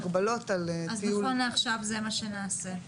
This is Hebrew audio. אבל זה לא לפי הנוסחה הזאת.